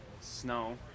snow